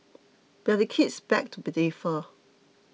but their kids beg to differ